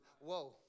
Whoa